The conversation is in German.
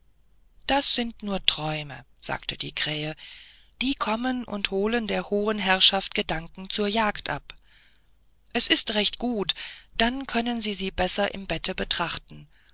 das sind nur träume sagte die krähe die kommen und holen der hohen herrschaft gedanken zur jagd ab das ist recht gut dann können sie sie besser im bette betrachten